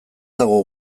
dago